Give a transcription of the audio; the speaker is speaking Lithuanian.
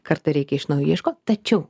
kartą reikia iš naujo ieškot tačiau